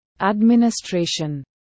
administration